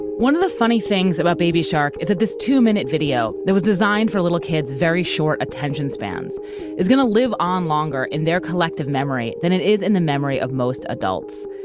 one of the funny things about baby shark is that this two-minute video that was designed for little kids' very short attention spans is going to live on longer in their collective memory than it is in the memory of most adults.